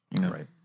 Right